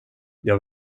jag